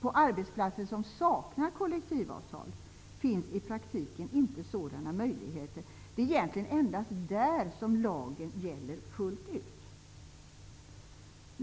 På arbetsplatser som saknar kollektivavtal finns i praktiken inte sådana möjligheter. Det är egentligen endast där som lagen gäller fullt ut.